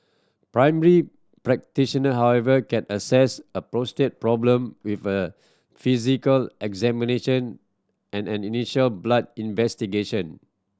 primary practitioner however can assess prostate problem with a physical examination and an initial blood investigation